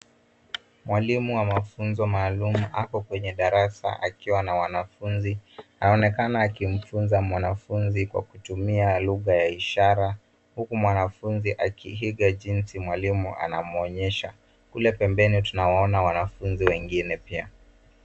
Mwalimu wa mafunzo maalumu ako kwenye darasa akiwa na wanafunzi. Aonekana akimfunza mwanafunzi kwa kutumia lugha ya ishara. Huku mwanafunzi akiiga jinsi mwalimu anamuonyesha. Kule pembeni tunawaona wanafunzi wengine pia.